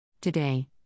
Today